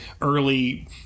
early